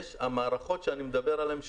המערכות שאני מדבר עליהן,